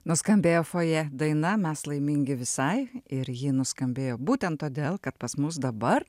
nuskambėjo fojė daina mes laimingi visai ir ji nuskambėjo būtent todėl kad pas mus dabar